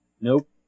Nope